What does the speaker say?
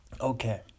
Okay